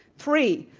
three.